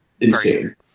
insane